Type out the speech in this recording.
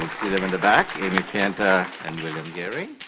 see them in the back, amy pienta and william gehring.